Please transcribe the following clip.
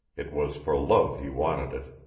it was for love he wanted it.